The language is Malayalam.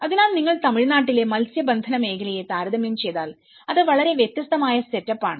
അതിനാൽ നിങ്ങൾ തമിഴ്നാട്ടിലെ മത്സ്യബന്ധന മേഖലയെ താരതമ്യം ചെയ്താൽ അത് വളരെ വ്യത്യാസ്തമായ സെറ്റപ്പ് ആണ്